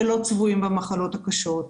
שלא צבועות במחלות הקשות.